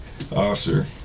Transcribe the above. officer